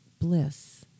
bliss